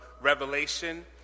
Revelation